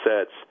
sets